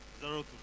Zero